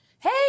hey